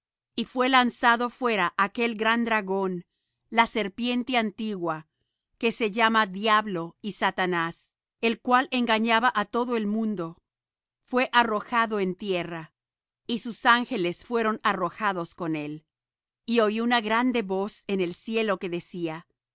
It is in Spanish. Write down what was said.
y fué lanzado fuera aquel gran dragón la serpiente antigua que se llama diablo y satanás el cual engaña á todo el mundo fué arrojado en tierra y sus ángeles fueron arrojados con él y oí una grande voz en el cielo que decía